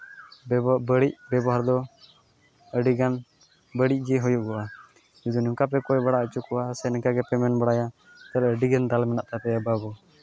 ᱵᱟᱹᱲᱤᱡ ᱵᱮᱵᱚᱦᱟᱨ ᱫᱚ ᱟᱹᱰᱤᱜᱟᱱ ᱵᱟᱹᱲᱤᱡ ᱜᱮ ᱦᱩᱭᱩᱜᱚᱜᱼᱟ ᱡᱩᱫᱤ ᱱᱚᱝᱠᱟᱯᱮ ᱠᱚᱭ ᱵᱟᱲᱟ ᱦᱚᱪᱚ ᱠᱚᱣᱟ ᱥᱮ ᱱᱤᱝᱠᱟ ᱜᱮᱯᱮ ᱢᱮᱱ ᱵᱟᱲᱟᱭᱟ ᱛᱚᱵᱮ ᱟᱹᱰᱤᱜᱟᱱ ᱫᱟᱲᱮ ᱢᱮᱱᱟᱜ ᱛᱟᱯᱮᱭᱟ ᱵᱟᱹᱵᱩ